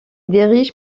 dirige